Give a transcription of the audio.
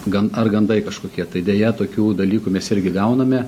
gan ar gandai kažkokie tai deja tokių dalykų mes irgi gauname